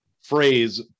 phrase